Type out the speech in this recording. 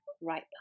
right